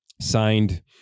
signed